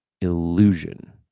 illusion